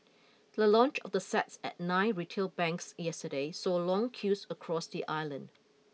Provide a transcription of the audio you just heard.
the launch of the sets at nine retail banks yesterday saw long queues across the island